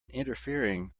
interfering